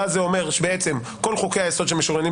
זה אומר שכל חוקי היסוד שמשוריינים